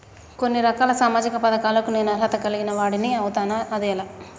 కొన్ని రకాల సామాజిక పథకాలకు నేను అర్హత కలిగిన వాడిని అవుతానా? అది ఎలా?